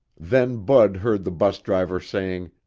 then bud heard the bus driver saying,